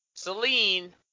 Celine